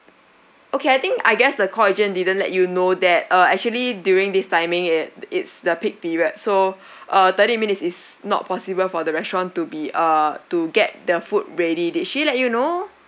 okay I think I guess the call agent didn't let you know that uh actually during this timing it it's the peak period so uh thirty minutes is not possible for the restaurant to be uh to get the food ready did she let you know